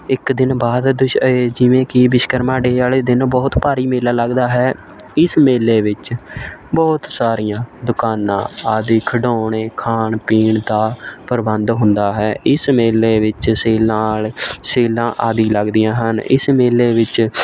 ਇੱਕ ਦਿਨ ਬਾਅਦ ਦੁਸ ਇਹ ਜਿਵੇਂ ਕਿ ਵਿਸ਼ਵਕਰਮਾ ਡੇ ਵਾਲੇ ਦਿਨ ਬਹੁਤ ਭਾਰੀ ਮੇਲਾ ਲੱਗਦਾ ਹੈ ਇਸ ਮੇਲੇ ਵਿੱਚ ਬਹੁਤ ਸਾਰੀਆਂ ਦੁਕਾਨਾਂ ਆਦਿ ਖਿਡੌਣੇ ਖਾਣ ਪੀਣ ਦਾ ਪ੍ਰਬੰਧ ਹੁੰਦਾ ਹੈ ਇਸ ਮੇਲੇ ਵਿੱਚ ਸੇਲਾਂ ਵਾਲੇ ਸੇਲਾਂ ਆਦਿ ਲੱਗਦੀਆਂ ਹਨ ਇਸ ਮੇਲੇ ਵਿੱਚ